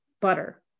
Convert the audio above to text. butter